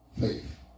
faith